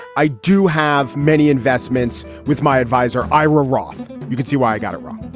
i do have many investments with my advisor, ira roth. you can see why i got it wrong.